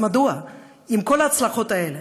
אז עם כל ההצלחות האלה,